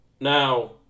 Now